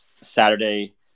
Saturday